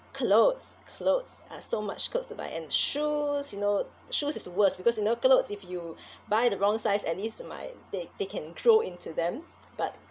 clothes clothes uh so much clothes to buy and shoes you know shoes is worst because you know clothes if you buy the wrong size at least my they they can grow into them but